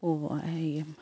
হেৰি